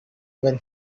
when